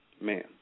Man